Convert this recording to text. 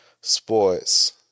sports